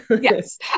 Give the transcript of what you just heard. Yes